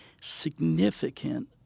Significant